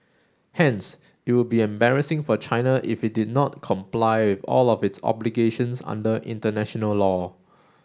hence it would be embarrassing for China if it did not comply with all of its obligations under international law